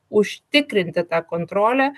užtikrinti tą kontrolę